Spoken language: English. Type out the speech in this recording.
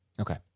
Okay